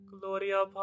Gloria